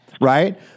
right